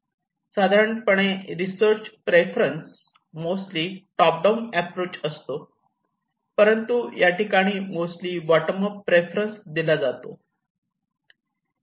साधारणपणे research preference mostly top down approach असतो परंतु या ठिकाणी मोस्टली बॉटम अप प्रेफरन्स दिला जातो